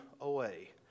away